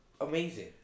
Amazing